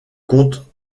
compte